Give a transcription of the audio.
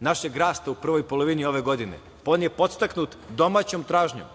našeg rasta u prvoj polovini ove godine, on je podstaknut domaćom tražnjom.